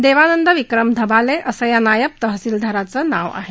देवानंद विक्रम धबाले असं या नायब तहसीलदाराचं नाव आहे